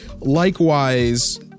Likewise